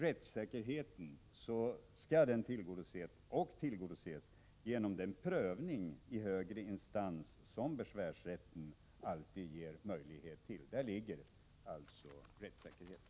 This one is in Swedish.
Rättssäkerheten skall tillgodoses — och tillgodoses — genom den prövning i högre instans som besvärsrätten alltid ger möjlighet till. Där finns rättssäkerheten.